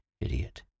idiot